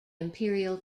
imperial